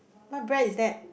what brand is that